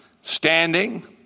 Standing